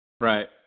Right